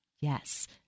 Yes